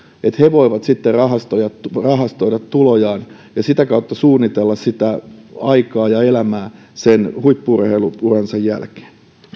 että he voivat sitten rahastoida tulojaan ja sitä kautta suunnitella sitä aikaa ja elämää sen huippu urheilu uransa jälkeen